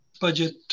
budget